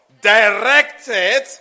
directed